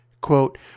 Quote